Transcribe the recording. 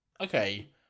Okay